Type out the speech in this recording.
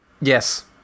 Yes